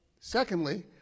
Secondly